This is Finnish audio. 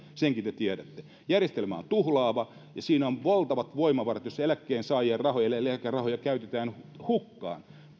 senkin te tiedätte järjestelmä on tuhlaava ja siinä on valtavat voimavarat jossa eläkkeensaajien rahoja eli eläkerahoja käytetään hukkaan